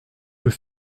deux